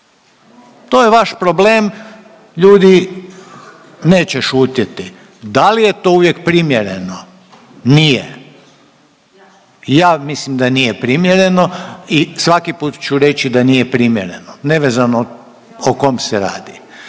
to je vaš problem. Ljudi neće šutjeti. Da li je to uvijek primjereno? Nije, ja mislim da nije primjerno i svaki put ću reći da nije primjereno, nevezano o kom se radi.